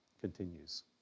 continues